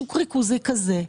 שוק ריכוזי כזה,